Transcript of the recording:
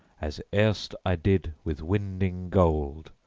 as erst i did, with winding gold,